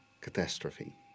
catastrophe